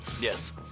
Yes